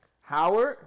Howard